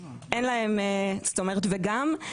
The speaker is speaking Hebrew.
וגם,